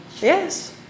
Yes